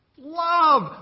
Love